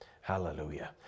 Hallelujah